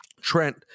Trent